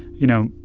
you know,